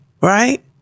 Right